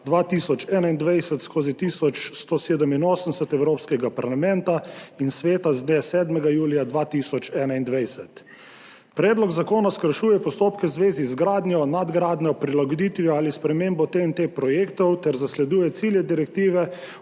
2021/1187 Evropskega parlamenta in Sveta z dne 7. julija 2021. Predlog zakona skrajšuje postopke v zvezi z gradnjo, nadgradnjo, prilagoditvijo ali spremembo projektov TEN-T ter zasleduje cilje direktive